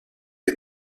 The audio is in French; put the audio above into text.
est